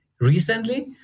Recently